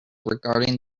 regarding